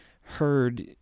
heard